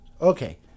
Okay